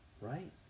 right